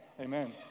Amen